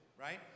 right